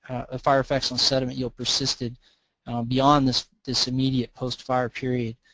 ah fire affects on sediment yield persisted beyond this this immediate post-fire period.